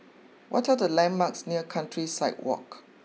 what are the landmarks near Countryside walk